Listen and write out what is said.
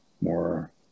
more